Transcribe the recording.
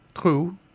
True